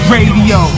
Radio